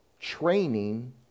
training